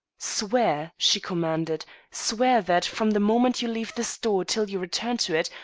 swear! she commanded swear that, from the moment you leave this door till you return to it,